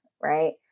right